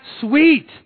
sweet